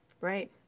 Right